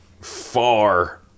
far